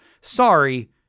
sorry